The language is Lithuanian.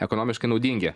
ekonomiškai naudingi